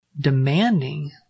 demanding